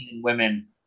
women –